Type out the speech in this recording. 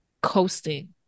coasting